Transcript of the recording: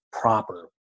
proper